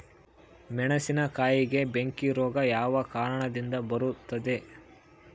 ಮೆಣಸಿನಕಾಯಿಗೆ ಬೆಂಕಿ ರೋಗ ಯಾವ ಕಾರಣದಿಂದ ಬರುತ್ತದೆ?